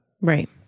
Right